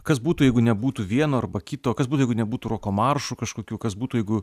kas būtų jeigu nebūtų vieno arba kito kas būtų nebūtų roko maršų kažkokių kas būtų jeigu